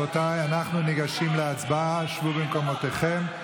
רבותיי, אנחנו ניגשים להצבעה, שבו במקומותיכם.